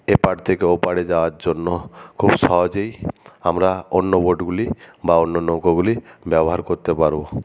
এপার থেকে ওপারে যাওয়ার জন্য খুব সহজেই আমরা অন্য বোটগুলি বা অন্য নৌকোগুলি ব্যবহার করতে পারব